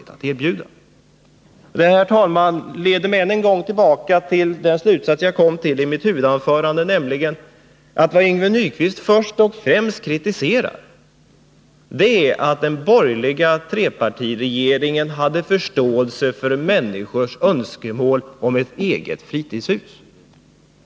Detta leder mig, herr talman, än en gång tillbaka till den slutsats jag kom till i mitt huvudanförande: Vad Yngve Nyquist först och främst kritiserar är att den borgerliga trepartiregeringen hade förståelse för människors önskemål om ett eget fritidshus.